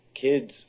kids